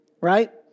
Right